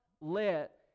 let